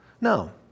No